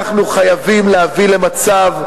אנחנו חייבים להביא למצב,